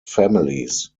families